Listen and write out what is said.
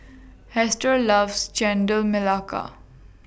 Hester loves Chendol Melaka